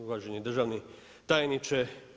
Uvaženi državni tajniče.